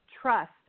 trust